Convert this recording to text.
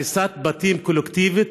הריסת בתים קולקטיבית,